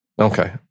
Okay